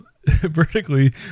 Vertically